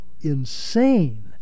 insane